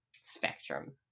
spectrum